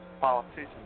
Politicians